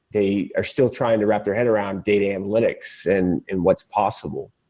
they are still trying to wrap their head around data analytics and and what's possible,